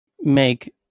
make